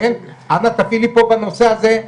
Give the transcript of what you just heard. אנא תפעילי פה בנושא הזה.